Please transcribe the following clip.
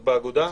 את באגודה?